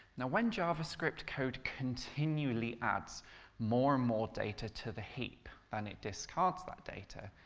now when javascript code continually adds more and more data to the heap than it discards that data,